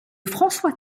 françois